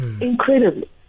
Incredibly